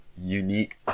unique